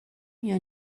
میان